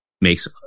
makes